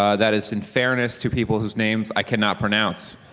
ah that is in fairness to people whose names i cannot pronounce.